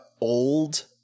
old